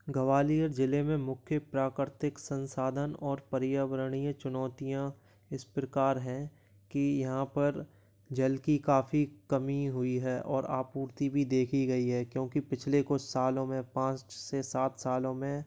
ग्वालियर ज़िले में मुख्य प्राकृतिक संसाधन और पर्यावरणीय चुनौतियाँ इस प्रकार हैं की यहाँ पर जल की काफ़ी कमी हुई है और आपूर्ति भी देखी गई है क्योंकि पिछले कुछ सालों मे पाँच से सात सालों में